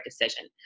decision